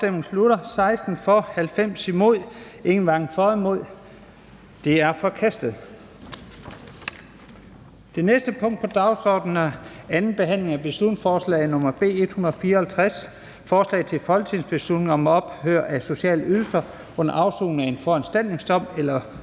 imod stemte 0. Forslaget til folketingsbeslutning er forkastet. --- Det næste punkt på dagsordenen er: 23) 2. (sidste) behandling af beslutningsforslag nr. B 154: Forslag til folketingsbeslutning om ophør af sociale ydelser under afsoning af en foranstaltningsdom eller